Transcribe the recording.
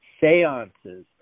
seances